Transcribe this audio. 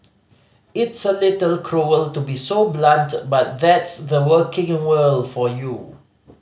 it's a little cruel to be so blunt but that's the working world for you